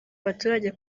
abaturage